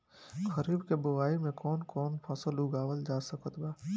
खरीब के बोआई मे कौन कौन फसल उगावाल जा सकत बा?